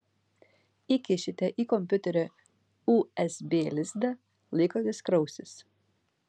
įkišite į kompiuterio usb lizdą laikrodis krausis